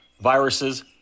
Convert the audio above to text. viruses